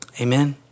Amen